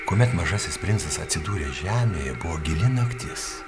kuomet mažasis princas atsidūrė žemėje buvo gili naktis